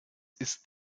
ist